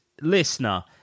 listener